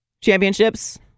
championships